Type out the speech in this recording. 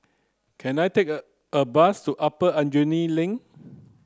can I take a a bus to Upper Aljunied Link